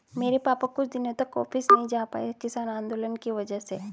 मेरे पापा कुछ दिनों तक ऑफिस नहीं जा पाए किसान आंदोलन की वजह से